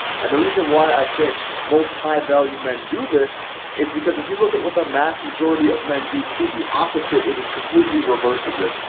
and the reason why i say most high value men do this is because if you look at what the mass majority of men do to the opposite, it is completely reverse of this.